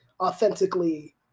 authentically